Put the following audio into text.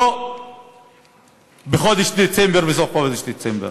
לא בחודש דצמבר, סוף חודש דצמבר.